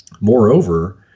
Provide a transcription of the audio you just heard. Moreover